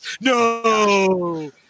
No